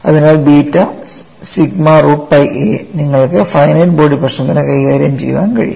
അതിനാൽ beta sigma root pi a നിങ്ങൾക്ക് finite body പ്രശ്നത്തിന് കൈകാര്യം ചെയ്യാൻ കഴിയും